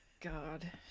god